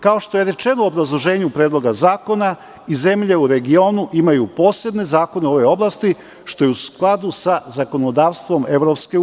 Kao što je rečeno u obrazloženju Predloga zakona i zemlje u regionu imaju posebne zakone u ovoj oblasti, što je u skladu sa zakonodavstvom EU.